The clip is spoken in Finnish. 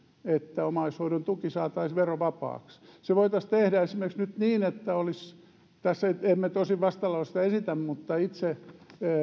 että omaishoidon tuki saataisiin verovapaaksi se voitaisiin tehdä esimerkiksi nyt niin tässä emme tosin vastalausetta esitä mutta itse